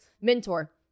Mentor